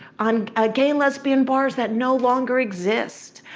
on ah gay lesbian bars that no longer exist.